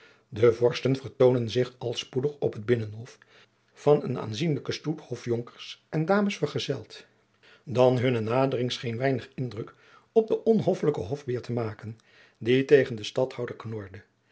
de vorsten vertoonden zich al spoedig op het binnenhof van een aanzienlijken stoet hofjonkers en dames vergezeld dan hunne nadering scheen weinig indruk op den onhoffelijken hof beer te maken die tegen den stadhouder knorde